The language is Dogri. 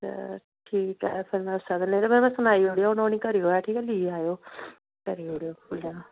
ते ठीक ऐ फिर में उस्सै दिन नेईं ते में सनाई ओड़ेओ ओह् निं करेओ ऐ लेई आएओ करी ओड़ेओ डन